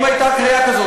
אם הייתה קריאה כזאת,